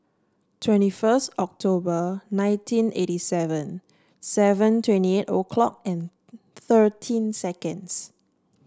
twenty first October nineteen eighty seven seven twenty eight a clock and thirteen seconds